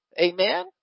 Amen